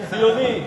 ציוני.